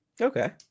Okay